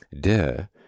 de